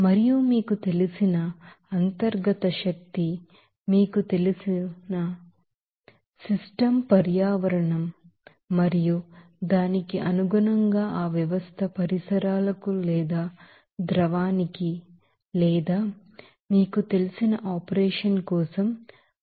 మరియు మీకు తెలిసిన ఇంటర్నల్ ఎనర్జీ సిస్టమ్ పర్యావరణం మరియు దానికి అనుగుణంగా ఆ వ్యవస్థ పరిసరాలకు లేదా ద్రవానికి లేదా మీకు తెలిసిన ఆపరేషన్ కోసం ప్రాసెస్ యూనిట్ మీకు తెలుసు